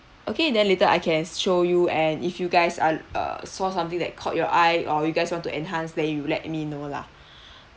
okay then later I can show you and if you guys are err saw something that caught your eye or you guys want to enhance then you let me know lah